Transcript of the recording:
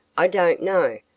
i don't know.